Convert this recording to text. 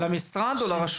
למשרד או לרשויות?